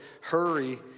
hurry